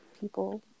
people